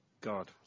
God